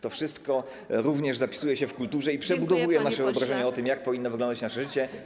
To wszystko również zapisuje się w kulturze i przebudowuje nasze wyobrażenia o tym, jak powinno wyglądać nasze życie.